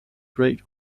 great